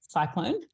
cyclone